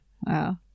wow